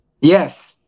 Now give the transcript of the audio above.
yes